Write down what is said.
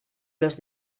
los